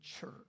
church